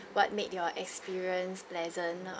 what made your experience pleasant